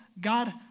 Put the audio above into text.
God